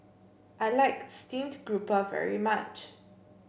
I like Steamed Grouper very much